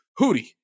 Hootie